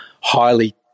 highly